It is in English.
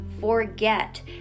forget